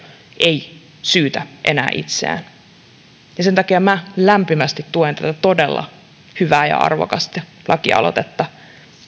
ei syytä enää itseään sen takia minä lämpimästi tuen tätä todella hyvää ja arvokasta lakialoitetta